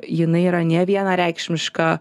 jinai yra nevienareikšmiška